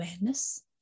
awareness